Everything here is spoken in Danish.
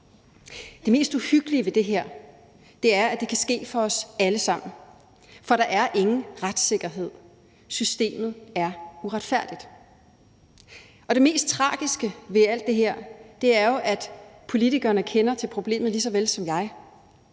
Det mest uhyggelige ved det her er, at det kan ske for os alle sammen, for der er ingen retssikkerhed. Systemet er uretfærdigt. Og det mest tragiske ved alt det her er jo, at politikerne kender til problemet, lige så vel som jeg